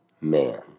man